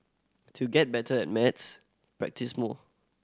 to get better at maths practise more